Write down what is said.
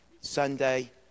Sunday